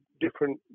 different